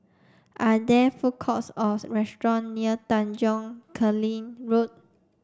are there food courts or restaurant near Tanjong Kling Road